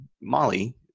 Molly